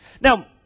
Now